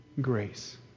grace